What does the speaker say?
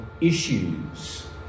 issues